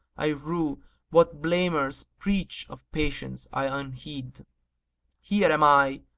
i rue what blamers preach of patience i unheed here am i,